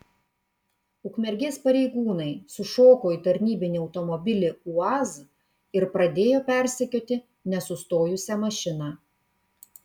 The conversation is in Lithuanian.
ukmergės pareigūnai sušoko į tarnybinį automobilį uaz ir pradėjo persekioti nesustojusią mašiną